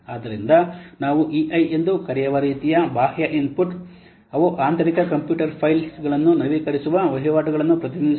ಆದ್ದರಿಂದ ನಾವು EI ಎಂದು ಕರೆಯುವ ರೀತಿಯ ಬಾಹ್ಯ ಇನ್ಪುಟ್ ಅವು ಆಂತರಿಕ ಕಂಪ್ಯೂಟರ್ ಫೈಲ್ ಗಳನ್ನು ನವೀಕರಿಸುವ ವಹಿವಾಟುಗಳನ್ನು ಪ್ರತಿನಿಧಿಸುತ್ತವೆ